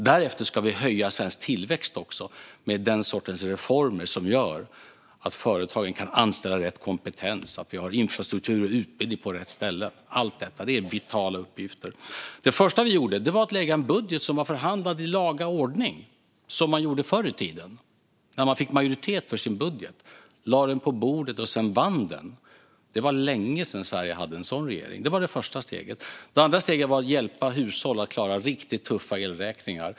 Därefter ska vi höja svensk tillväxt med den sorts reformer som gör att företagen kan anställa rätt kompetens och att vi har infrastruktur och utbildning på rätt ställe. Allt detta är vitala uppgifter. Det första vi gjorde var att lägga fram en budget som var förhandlad i laga ordning, som man gjorde förr i tiden, när man fick majoritet för sin budget, lade den på bordet och vann bifall för den. Det var länge sedan Sverige hade en sådan regering. Det var det första steget. Det andra steget var att hjälpa hushåll att klara riktigt tuffa elräkningar.